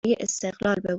استقلال